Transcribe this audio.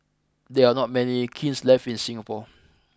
there are not many kilns left in Singapore